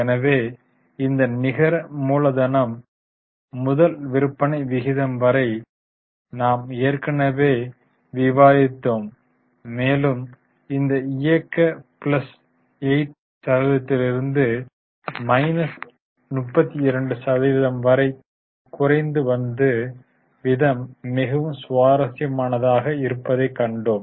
எனவே இந்த நிகர மூலதனம் முதல் விற்பனை விகிதம் வரை நாம் ஏற்கனவே விவாதித்தோம் மேலும் இந்த இயக்கம் பிளஸ் 8 சதவீதத்திலிருந்து மைனஸ் 32 சதவிகிதம் வரை குறைந்து வந்த விதம் மிகவும் சுவாரஸ்யமானதாக இருப்பதை கண்டோம்